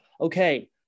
okay